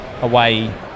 away